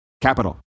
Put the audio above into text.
Capital